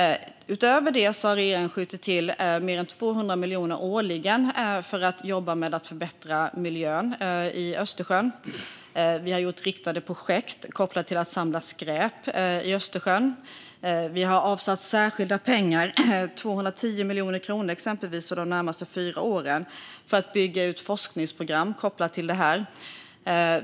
Utöver det har regeringen skjutit till mer än 200 miljoner årligen till arbetet med att förbättra miljön i Östersjön. Vi har gjort riktade projekt för att samla skräp i Östersjön, och vi har avsatt 210 miljoner kronor för de närmaste fyra åren för att bygga ut forskningsprogram kopplade till detta.